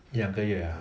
一两个月 ah